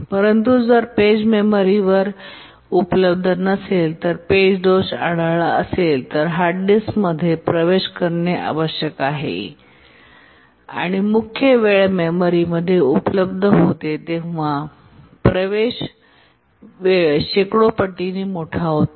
परंतु जर पेज मेमरीवर उपलब्ध नसेल आणि पेज दोष आढळला असेल तर हार्ड डिस्क मध्ये प्रवेश करणे आवश्यक आहे आणि मुख्य वेळ मेमरी मध्ये उपलब्ध होता तेव्हा प्रवेश वेळ शेकडो पटीने मोठा होतो